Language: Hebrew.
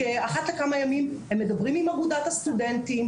אחת לכמה ימים הם מדברים עם אגודת הסטודנטים.